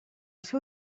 seu